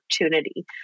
opportunity